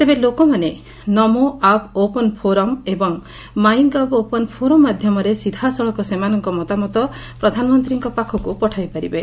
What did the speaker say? ତେବେ ଲୋକମାନେ NaMo app open forum ଏବଂ ମାଇଁ ଗଭ୍ ଓପନ୍ ଫୋରମ୍ ମାଧ୍ଘମରେ ସିଧାସଳଖ ସେମାନଙ୍କ ମତାମତ ପ୍ରଧାନମନ୍ତୀଙ୍କ ପାଖକୁ ପଠାଇପାରିବେ